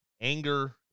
Anger